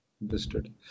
Understood